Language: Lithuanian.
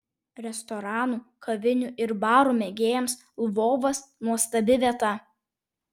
restoranų kavinių ir barų mėgėjams lvovas nuostabi vieta